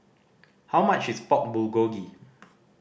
how much is Pork Bulgogi